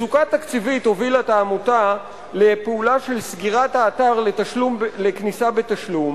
מצוקה תקציבית הובילה את העמותה לפעולה של סגירת האתר לשם כניסה בתשלום,